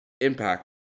impact